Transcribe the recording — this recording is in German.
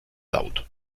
laut